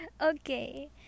Okay